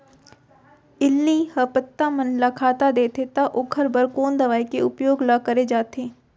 इल्ली ह पत्ता मन ला खाता देथे त ओखर बर कोन दवई के उपयोग ल करे जाथे?